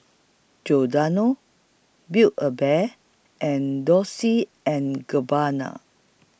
Giordano Build A Bear and Dolce and Gabbana